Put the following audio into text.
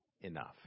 enough